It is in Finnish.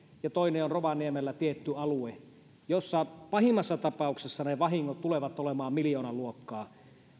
ja toinen on rovaniemellä tietty alue jolla pahimmassa tapauksessa ne vahingot tulevat olemaan miljoonaluokkaa